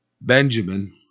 Benjamin